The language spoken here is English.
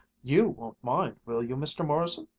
you won't mind, will you, mr. morrison!